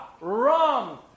rum